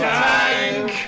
tank